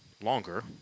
longer